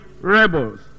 rebels